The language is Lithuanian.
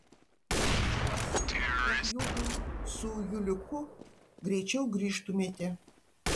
meldžiuos kad judu su juliuku greičiau grįžtumėte